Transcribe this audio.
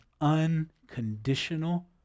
unconditional